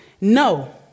No